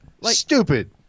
Stupid